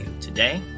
today